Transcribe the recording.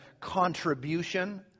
contribution